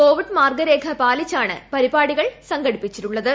Covid മാർഗ്ഗരേഖ പാലിച്ചാണ് പരിപാടികൾ സംഘടിപ്പിച്ചിട്ടുള്ളത്